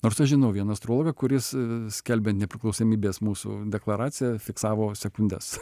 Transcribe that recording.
nors aš žinau vieną astrologą kuris skelbiant nepriklausomybės mūsų deklaraciją fiksavo sekundes